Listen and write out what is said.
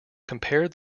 compare